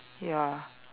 ya